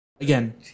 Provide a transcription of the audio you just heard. Again